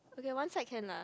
okay one side can lah